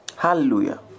Hallelujah